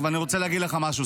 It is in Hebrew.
ואני רוצה להגיד לך משהו,